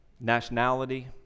Nationality